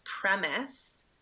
premise